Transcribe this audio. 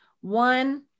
One